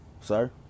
sir